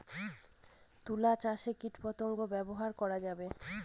তুলা চাষে কীটপতঙ্গ ব্যবহার করা যাবে?